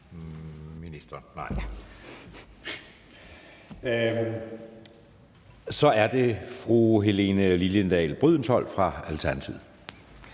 Så er det fru Helene Liliendahl Brydensholt fra Alternativet.